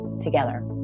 together